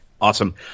Awesome